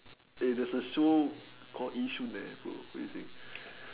there's a show called Yishun bro what you think